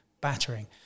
battering